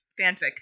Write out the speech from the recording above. fanfic